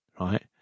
right